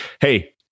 Hey